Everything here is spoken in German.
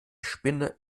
spinne